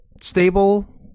stable